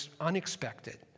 unexpected